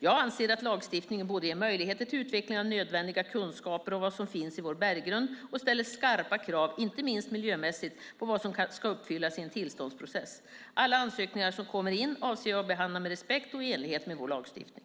Jag anser att lagstiftningen både ger möjligheter till utveckling av nödvändiga kunskaper om vad som finns i vår berggrund och ställer skarpa krav - inte minst miljömässigt - på vad som ska uppfyllas i en tillståndsprocess. Alla ansökningar som kommer in avser jag att behandla med respekt och i enlighet med vår lagstiftning.